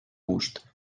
gust